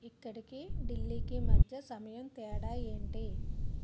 ఇక్కడకి ఢిల్లీకి మధ్య సమయం తేడా ఏంటి